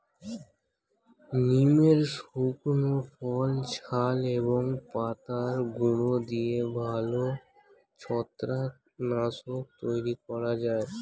নিমের শুকনো ফল, ছাল এবং পাতার গুঁড়ো দিয়ে ভালো ছত্রাক নাশক তৈরি করা যায়